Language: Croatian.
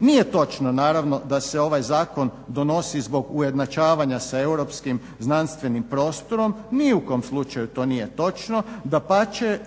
Nije točno, naravno, da se ovaj zakon donosi zbog ujednačavanja sa europskim znanstvenim prostorom, ni u kom slučaju to nije točno. Dapače,